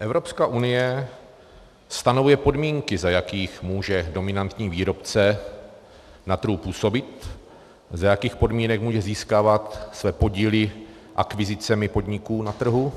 Evropská unie stanoví podmínky, za jakých může dominantní výrobce na trhu působit, za jakých podmínek může získávat své podíly akvizicemi podniků na trhu,